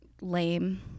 lame